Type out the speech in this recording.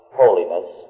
holiness